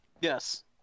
yes